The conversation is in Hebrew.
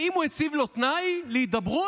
האם הוא הציב לו תנאי להידברות,